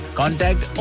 contact